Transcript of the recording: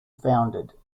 founded